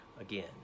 Again